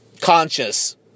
conscious